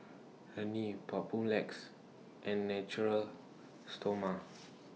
Rene Papulex and Natura Stoma